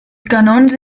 canons